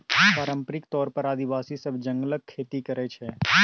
पारंपरिक तौर पर आदिवासी सब जंगलक खेती करय छै